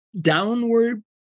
downward